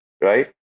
Right